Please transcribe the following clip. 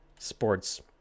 Sports